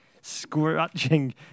scratching